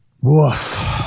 Woof